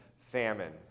famine